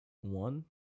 One